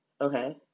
okay